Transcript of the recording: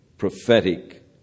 Prophetic